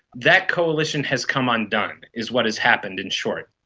that coalition has come undone is what has happened in short.